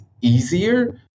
easier